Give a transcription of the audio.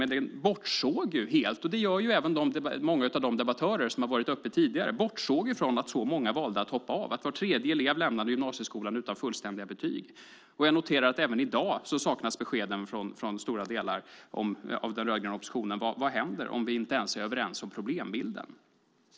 Men den bortsåg helt från - och det gör många av de debattörer som har varit uppe i debatten tidigare - att så många valde att hoppa av och var tredje elev lämnade gymnasieskolan utan fullständiga betyg. Jag noterar att även i dag saknas beskeden från stora delar av den rödgröna oppositionen. Vad händer om vi inte ens är överens om problembilden?